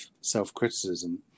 self-criticism